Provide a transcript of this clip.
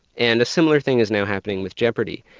and a similar thing is now happening with jeopardy.